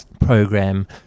program